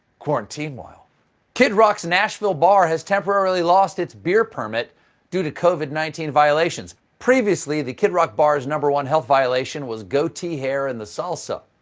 quarantine-while kid rock's nashville bar has temporarily lost its beer permit due to covid nineteen violations. previously, the kid rock bar's one health violation was goatee hair in the salsa.